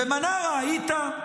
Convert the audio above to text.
במנרה היית?